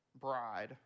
bride